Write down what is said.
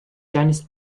deines